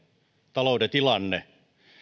talouden tilanne